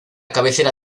cabecera